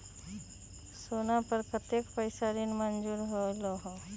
सोना पर कतेक पैसा ऋण मंजूर होलहु?